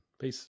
Peace